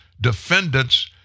defendants